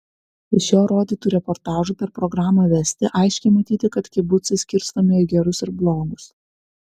iš jo rodytų reportažų per programą vesti aiškiai matyti kad kibucai skirstomi į gerus ir blogus